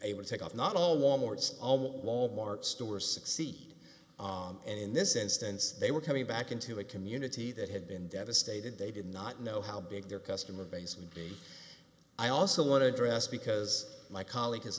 able to take off not all wal mart's almost wal mart stores succeed and in this instance they were coming back into a community that had been devastated they did not know how big their customer base would be i also want to address because my colleague